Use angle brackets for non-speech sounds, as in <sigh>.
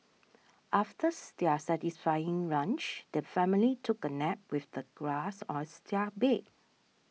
after <noise> their satisfying lunch the family took a nap with the grass as their bed